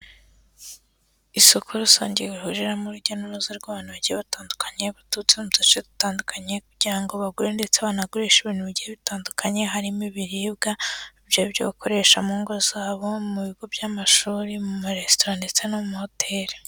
Isoko rusange rihuriramo urujya n'uruza rw'abantu bagiye batandukanye, baturutse mu duce dutandukanye, kugira ngo bagure ndetse banagurishe ibintu bigiye bitandukanye, harimo ibiribwa ibyo bakoresha mu ngo zabo mu bigo by'amashuri mu maresitora ndetse no mu mahoteri.